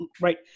Right